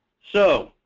so,